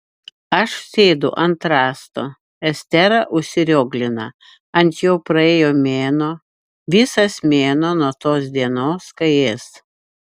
aš sėdu ant rąsto estera užsirioglina ant jau praėjo mėnuo visas mėnuo nuo tos dienos kai ės